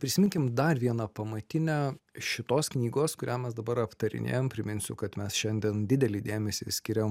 prisiminkim dar vieną pamatinę šitos knygos kurią mes dabar aptarinėjam priminsiu kad mes šiandien didelį dėmesį skiriam